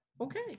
Okay